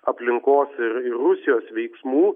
aplinkos ir ir rusijos veiksmų